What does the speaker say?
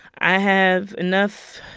i have enough